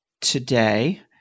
today